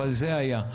אבל זה היה.